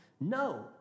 No